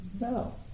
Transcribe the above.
No